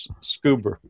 scuba